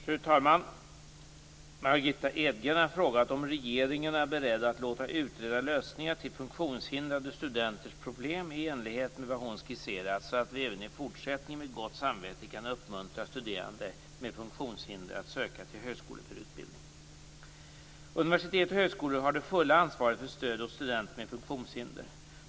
Fru talman! Margitta Edgren har frågat om regeringen är beredd att låta utreda lösningar av funktionshindrade studenters problem i enlighet med vad hon har skisserat så att vi även i fortsättningen med gott samvete kan uppmuntra studerande med funktionshinder att söka till högskolor för utbildning. Universitet och högskolor har det fulla ansvaret för stöd åt studenter med funktionshinder.